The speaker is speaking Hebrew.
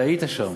אתה היית שם,